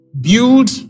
build